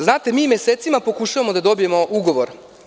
Znate, mi mesecima pokušavamo da dobijemo ugovor.